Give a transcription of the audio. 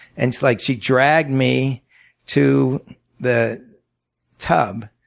and it's like she dragged me to the tub,